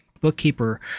bookkeeper